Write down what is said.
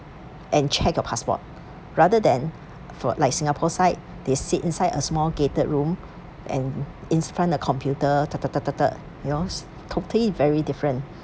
and check your passport rather than for like singapore side they sit inside a small gated room and in front a computer you know totally is very different